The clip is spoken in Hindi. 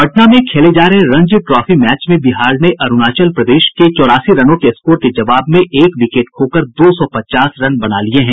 पटना में खेले जा रहे रणजी ट्रॉफी मैच में बिहार ने अरूणाचल प्रदेश की टीम के चौरासी रनों के स्कोर के जवाब में एक विकेट खोकर दो सौ पचास रन बना लिये हैं